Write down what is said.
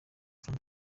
frank